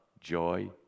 joy